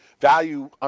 value